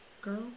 Girl